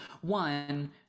one